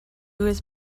was